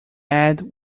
add